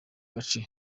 gace